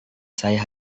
saya